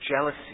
jealousy